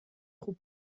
خوب